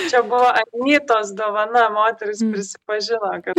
čia buvo anytos dovana moteris prisipažino kad